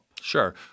Sure